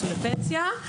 ייצאו לפנסיה.